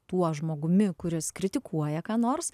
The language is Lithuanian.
tuo žmogumi kuris kritikuoja ką nors